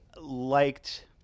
liked